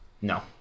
No